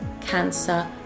cancer